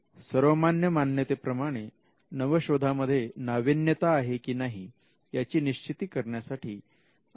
सर्वमान्य मान्यते प्रमाणे नवशोधामध्ये नाविन्यता आहे की नाही याची निश्चिती करण्यासाठी असा शोध घेतला जात नाही